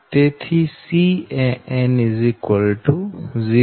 તેથી Can0